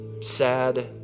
sad